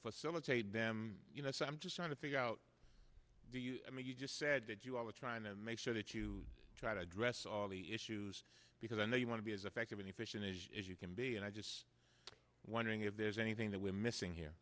facilitate them you know so i'm just trying to figure out you just said that you all are trying to make sure that you try to address all the issues because i know you want to be as effective and efficient as you can be and i just wondering if there's anything that we're missing here